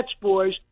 boys